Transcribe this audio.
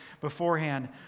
beforehand